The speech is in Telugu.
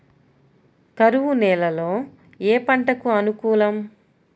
కరువు నేలలో ఏ పంటకు అనుకూలం?